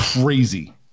crazy